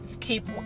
keep